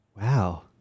wow